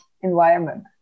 environment